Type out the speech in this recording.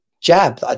jab